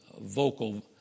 vocal